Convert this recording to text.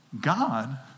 God